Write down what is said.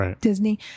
Disney